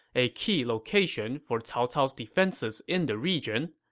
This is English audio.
a key location for cao cao's defenses in the region.